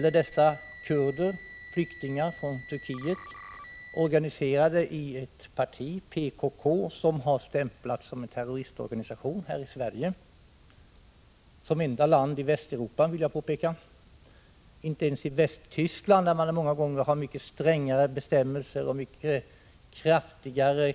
Det handlar om kurdiska flyktingar från Turkiet, organiserade i partiet PKK, som har stämplats som en terroristorganisation här i Sverige. Det är det enda land i Västeuropa där det har gjorts. Inte ens i Västtyskland, där man ofta har mycket strängare bestämmelser och krav än vi